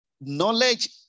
knowledge